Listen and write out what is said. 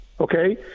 okay